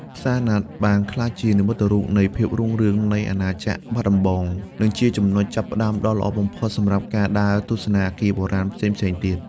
ផ្សារណាត់បានក្លាយជានិមិត្តរូបនៃភាពរុងរឿងនៃអាណាចក្របាត់ដំបង និងជាចំណុចចាប់ផ្តើមដ៏ល្អបំផុតសម្រាប់ការដើរទស្សនាអគារបុរាណផ្សេងៗទៀត។